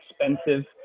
expensive